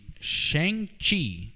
Shang-Chi